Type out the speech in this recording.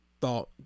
thought